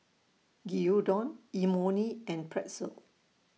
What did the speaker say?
Gyudon Imoni and Pretzel